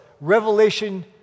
Revelation